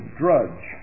drudge